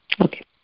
Okay